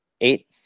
eight